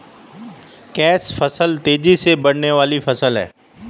catch फसल तेजी से बढ़ने वाली फसल है